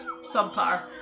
subpar